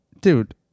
Dude